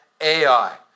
Ai